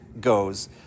goes